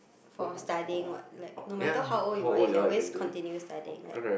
for studying what like no matter how old you are you can always continue studying like